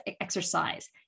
exercise